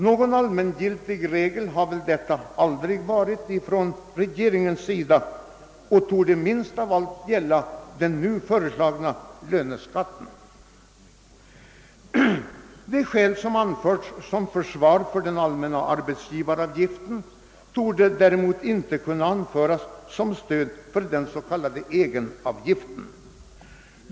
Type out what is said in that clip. Någon allmängiltig regel för regeringen har väl detta aldrig varit, och det torde minst av allt gälla den nu föreslagna löneskatten. De omständigheter som anförts som försvar för den allmänna arbetsgivaravgiften torde däremot inte kunna åberopas som stöd för den s.k. egenavgiften.